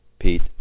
Pete